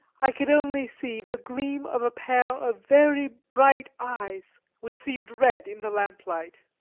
i could only see the gleam of a pair of very bright eyes, which seemed red in the lamplight,